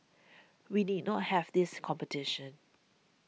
we need not have this competition